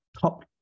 top